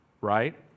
Right